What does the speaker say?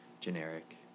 generic